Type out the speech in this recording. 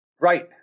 Right